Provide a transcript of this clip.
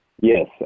Yes